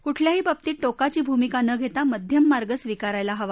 कुठल्याही बाबतीत टोकाची भूमिका न घेता मध्यम मार्ग स्वीकारायला हवा